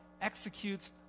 executes